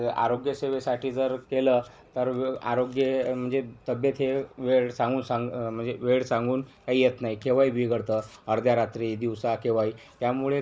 आरोग्य सेवेसाठी जर केलं तर वं आरोग्य म्हणजे तब्येत हे वेळ सांगून सां म्हणजे वेळ सांगून काही येत नाही केव्हाही बिघडतं अर्ध्या रात्री दिवसा केव्हाही त्यामुळे